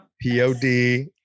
P-O-D